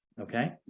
okay